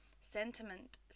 sentiment